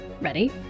Ready